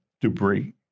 debris